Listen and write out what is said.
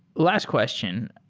last question,